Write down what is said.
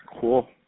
Cool